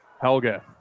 Helga